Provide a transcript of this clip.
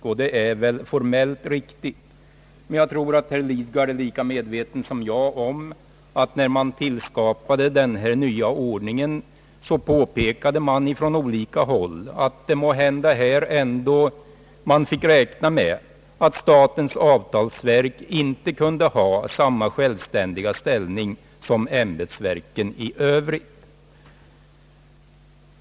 Detta torde vara formellt riktigt, men jag tror att herr Lidgard är lika medveten som jag om att det när den nya ordningen tillskapades från olika håll påpekades att man fick räkna med att statens avtalsverk inte kunde få samma självständiga ställning som ämbetsverken i övrigt.